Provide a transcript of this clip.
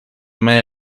media